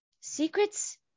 secrets